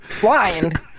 blind